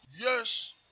Yes